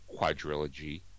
quadrilogy